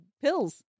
pills